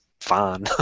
fine